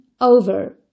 over